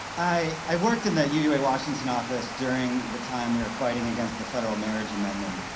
i worked in the uua washington office during the time we were fighting against the federal marriage amendment,